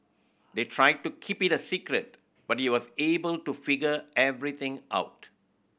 they tried to keep it a secret but he was able to figure everything out